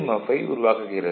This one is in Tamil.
எஃப் ஐ உருவாக்குகிறது